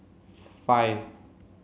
five